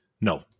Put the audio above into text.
No